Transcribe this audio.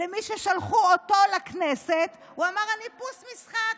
למי ששלחו אותו לכנסת, הוא אמר: אני פוס משחק.